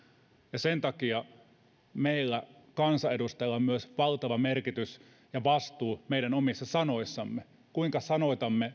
ja sen takia meillä kansanedustajilla on myös valtava merkitys ja vastuu meidän omista sanoistamme siinä kuinka sanoitamme